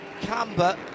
camber